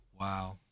Wow